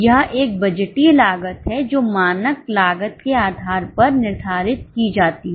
यह एक बजटीय लागत है जो मानक लागत के आधार पर निर्धारित की जाती है